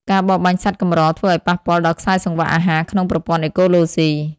ការបរបាញ់សត្វកម្រធ្វើឱ្យប៉ះពាល់ដល់ខ្សែសង្វាក់អាហារក្នុងប្រព័ន្ធអេកូឡូស៊ី។